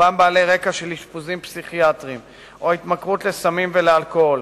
רובם בעלי רקע של אשפוזים פסיכיאטריים או התמכרות לסמים ולאלכוהול.